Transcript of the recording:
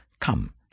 Come